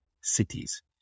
cities